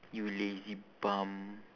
you lazy bum